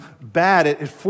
bad